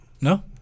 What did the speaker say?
No